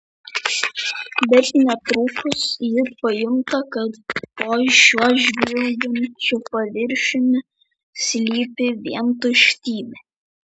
bet netrukus ji pajunta kad po šiuo žvilgančiu paviršiumi slypi vien tuštybė